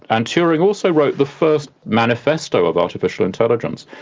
and turing also wrote the first manifesto of artificial intelligence.